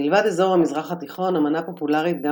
מלבד אזור המזרח התיכון המנה פופולרית גם